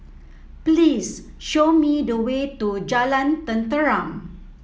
please show me the way to Jalan Tenteram